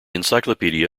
encyclopedia